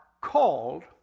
called